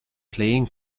playing